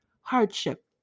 hardship